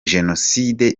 jenoside